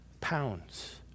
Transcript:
pounds